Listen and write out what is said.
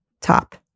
top